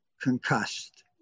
concussed